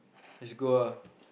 let's go ah